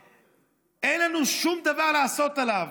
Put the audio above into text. אין לנו שום דבר לעשות עליו.